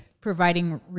providing